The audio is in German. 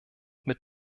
mit